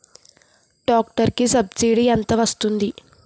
Tractor కి subsidy ఎంత వస్తుంది?